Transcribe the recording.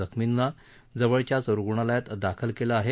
जखमींना जवळच्याच रुग्णालयांमध्ये दाखल केलं आहे